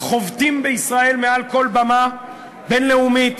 חובטים בישראל מעל כל במה בין-לאומית,